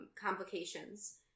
complications